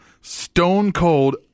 stone-cold